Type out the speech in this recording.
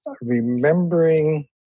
remembering